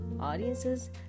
Audiences